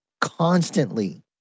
constantly